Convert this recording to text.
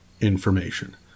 information